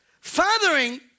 Fathering